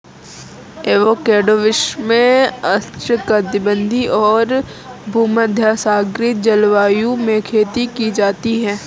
avocado विश्व में उष्णकटिबंधीय और भूमध्यसागरीय जलवायु में खेती की जाती है